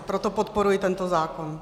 Proto podporuji tento zákon.